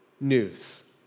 news